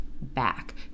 back